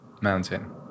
mountain